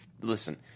listen